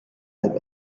halb